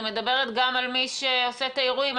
אני מדברת גם על מי שעושה את האירועים.